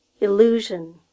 Illusion